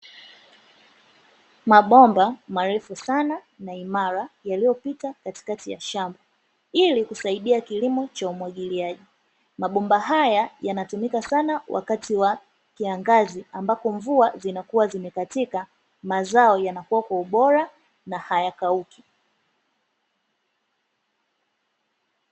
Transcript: Mabomba marefu sana na imara yaliyopita katikati ya shamba ili kusaidia kilimo cha umwagiliaji, mabomba haya yanatumika sana wakati wa kiangazi ambako mvua zinakua zimekatika, mazao yanakua kwa ubora na hayakauki.